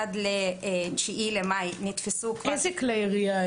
עד ל-9 במאי נתפסו כבר --- איזה כלי ירייה,